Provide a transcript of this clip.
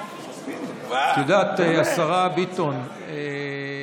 את יודעת, השרה ביטון,